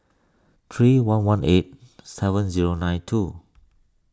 three one one eight seven zero nine two